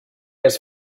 has